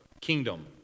kingdom